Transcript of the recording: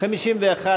יש עתיד,